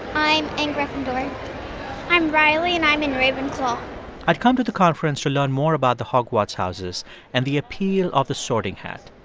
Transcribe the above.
i'm in gryffindor i'm riley, and i'm in ravenclaw i'd come to the conference to learn more about the hogwarts houses and the appeal of the sorting hat.